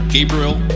Gabriel